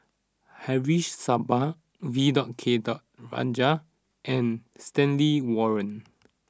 Haresh Sharma V dot K dot Rajah and Stanley Warren